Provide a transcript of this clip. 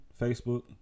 Facebook